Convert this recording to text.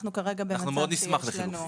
אנחנו מאד נשמח לחילופין.